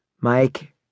Mike